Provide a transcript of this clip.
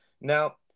Now